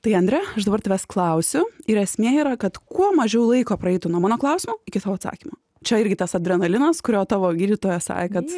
tai andre aš dabar tavęs klausiu ir esmė yra kad kuo mažiau laiko praeitų nuo mano klausimo iki tavo atsakymo čia irgi tas adrenalinas kurio tavo gydytojas sakė kad